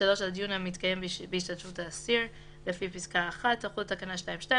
(3)על דיון המתקיים בהשתתפות האסיר לפי פסקה (1) תחול תקנה 2(2)